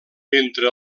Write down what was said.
entre